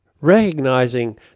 Recognizing